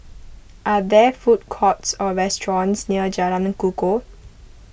are there food courts or restaurants near Jalan Kukoh